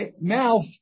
mouth